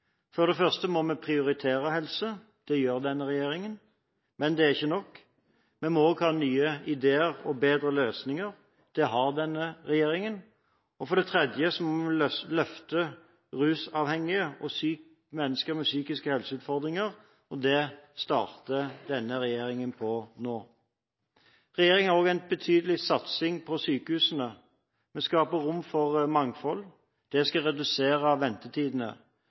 For det første må vi prioritere helse. Det gjør denne regjeringen, men det er ikke nok. Vi må også ha nye ideer og bedre løsninger. Det har denne regjeringen. For det tredje må vi løfte rusavhengige og mennesker med psykiske helseutfordringer. Det starter denne regjeringen med nå. Regjeringen har også en betydelig satsing på sykehusene. Vi skaper rom for mangfold. Det skal redusere ventetidene.